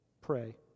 pray